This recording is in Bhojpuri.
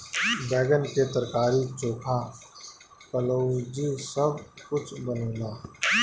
बैगन से तरकारी, चोखा, कलउजी सब कुछ बनेला